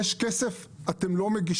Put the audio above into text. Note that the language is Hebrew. יש כסף, אתם לא מגישים.